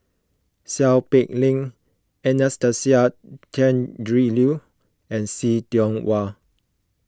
Seow Peck Leng Anastasia Tjendri Liew and See Tiong Wah